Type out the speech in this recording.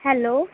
hello